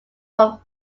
from